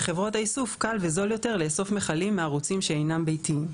לחברות האיסוף קל וזול יותר לאסוף מכלים מערוצים שאינם ביתיים.